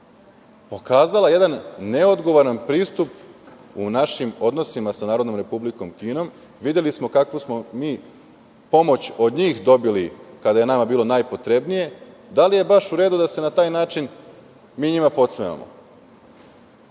pokazala jedan neodgovoran pristup u našim odnosima sa Narodnom Republikom Kinom? Videli smo kakvu smo mi pomoć od njih dobili kada je nama bilo najpotrebnije. Da li je baš u redu da se na taj način mi njima podsmevamo?